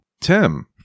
Tim